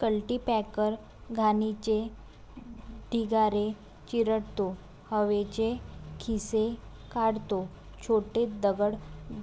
cultipacker घाणीचे ढिगारे चिरडतो, हवेचे खिसे काढतो, छोटे दगड